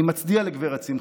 אני מצדיע לגברת שמחה,